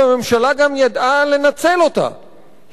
והממשלה גם ידעה לנצל אותה,